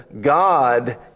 God